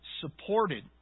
supported